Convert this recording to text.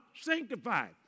Sanctified